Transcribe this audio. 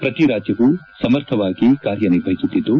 ಪ್ರತಿ ರಾಜ್ಞವೂ ಸಮರ್ಥವಾಗಿ ಕಾರ್ಯನಿರ್ವಹಿಸುತ್ತಿದ್ದು